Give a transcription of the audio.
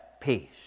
peace